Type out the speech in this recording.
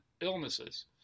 illnesses